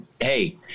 hey